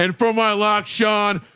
and four. my lock, sean,